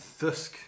thusk